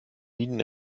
minen